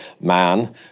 man